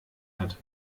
hat